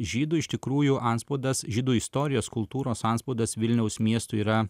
žydų iš tikrųjų antspaudas žydų istorijos kultūros antspaudas vilniaus miestui yra